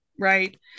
right